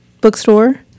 bookstore